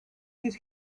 did